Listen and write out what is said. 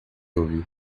ouvir